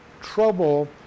trouble